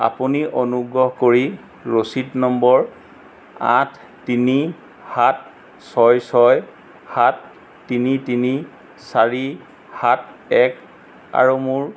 আপুনি অনুগ্ৰহ কৰি ৰচিদ নম্বৰ আঠ তিনি সাত ছয় ছয় সাত তিনি তিনি চাৰি সাত এক আৰু মোৰ